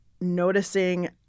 noticing